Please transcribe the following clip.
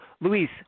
Luis